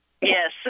Yes